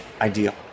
ideal